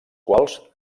quals